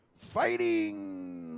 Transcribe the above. Fighting